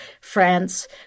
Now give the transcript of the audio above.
France